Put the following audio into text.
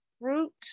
fruit